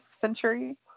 century